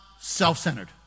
self-centered